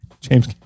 James